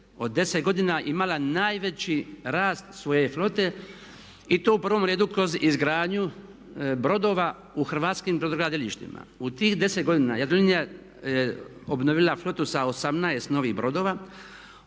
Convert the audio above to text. od 10 godina imala najveći rast svoje flote i to u prvom redu kroz izgradnju brodova u hrvatskim brodogradilištima. U tih 10 godina Jadrolinija je obnovila flotu sa 18 novih brodova.